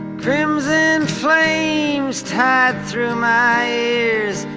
crimson flames tied through my ears,